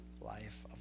life